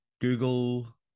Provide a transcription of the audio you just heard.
Google